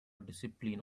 discipline